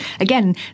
again